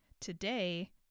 Today